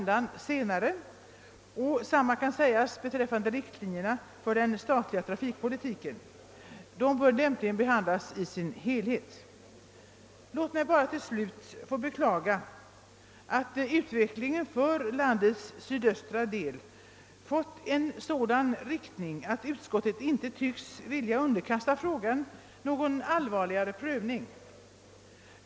Detsamma kan sägas beträffande riktlinjerna för den statliga trafikpolitiken. De bör lämpligen tas upp i sin helhet. Låt mig bara till sist få beklaga att utvecklingen för landets sydöstra del fått en sådan inriktning att utskottet inte tycks vilja underkasta frågan någon allvarligare prövning.